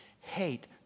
Hate